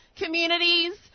communities